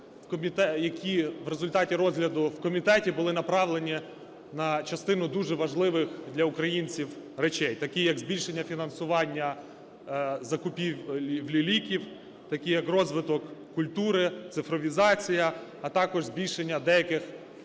які в результаті розгляду в комітеті, були направлені на частину дуже важливих для українців речей. Такі, як збільшення фінансування закупівлі ліків, такі, як розвиток культури, цифровізація, а також збільшення деяких соціально